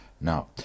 Now